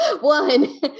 one